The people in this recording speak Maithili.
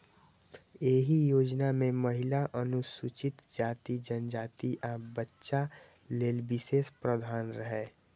एहि योजना मे महिला, अनुसूचित जाति, जनजाति, आ बच्चा लेल विशेष प्रावधान रहै